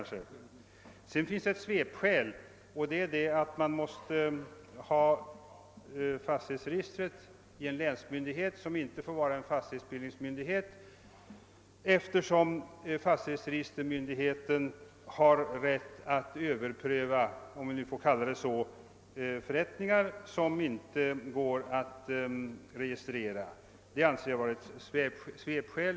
Sedan finns det ett svepskäl, och det är att man måste ha fastighetsregistret i en länsmyndighet som inte får vara en fastighetsbildningsmyndighet, eftersom fastighetsregistermyndigheten har rätt att överpröva — om vi nu får lov att kalla det så — förrättningar som inte går att registrera. Detta anser jag som sagt vara ett svepskäl.